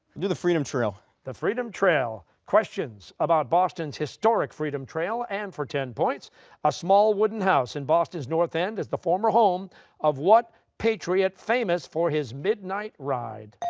do the freedom trail. costa the freedom trail, questions about boston's historic freedom trail, and for ten points a small wooden house in boston's north end is the former home of what patriot famous for his midnight ride?